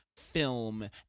film